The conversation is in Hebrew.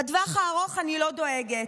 בטווח הארוך אני לא דואגת,